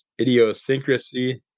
idiosyncrasy